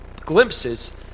glimpses